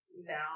Now